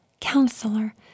Counselor